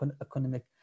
economic